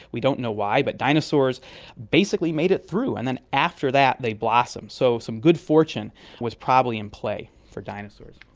we don't know why. but dinosaurs basically made it through. and then after that they blossomed. so some good fortune was probably in play for dinosaurs.